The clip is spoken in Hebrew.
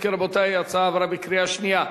אם כן, רבותי, ההצעה עברה בקריאה שנייה.